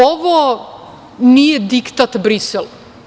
Ovo nije diktat Brisela.